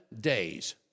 days